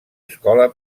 escola